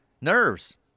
Nerves